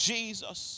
Jesus